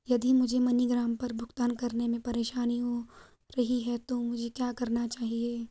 यदि मुझे मनीग्राम पर भुगतान करने में परेशानी हो रही है तो मुझे क्या करना चाहिए?